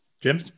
Jim